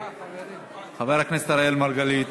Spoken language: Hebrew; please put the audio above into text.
חבר הכנסת אראל מרגלית,